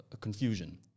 confusion